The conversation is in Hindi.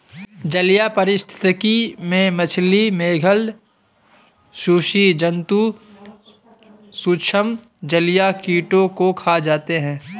जलीय पारिस्थितिकी में मछली, मेधल स्सि जन्तु सूक्ष्म जलीय कीटों को खा जाते हैं